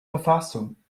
verfassung